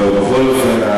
בכל אופן,